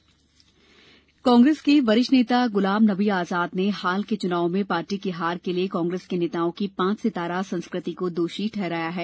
गुलाम नबी आजाद कांग्रेस के वरिष्ठ नेता गुलाम नबी आजाद ने हाल के चुनावों में पार्टी की हार के लिए कांग्रेस के नेताओं की पांच सितारा संस्कृति को दोषी ठहराया है